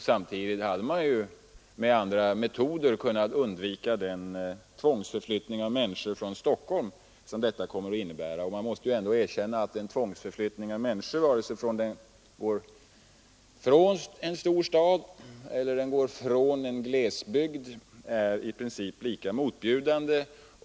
Samtidigt hade man med andra metoder kunnat undvika den tvångsförflyttning från Stockholm som beslutet kommer att innebära. Man måste ju ändå erkänna att en tvångsförflyttning av människor, vare sig den går från en stor stad eller från en glesbygd, är i princip lika motbjudande.